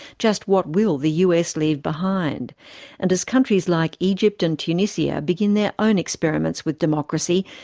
just what will the us leave behind and as countries like egypt and tunisia begin their own experiments with democracy,